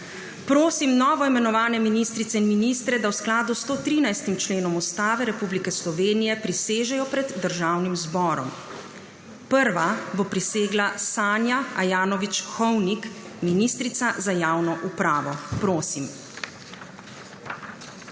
Prosim novoimenovane ministrice in ministre, da v skladu s 113. členom Ustave Republike Slovenije prisežejo pred državnim zborom. Prva bo prisegla Sanja Ajanović Hovnik, ministrica za javno upravo. Prosim.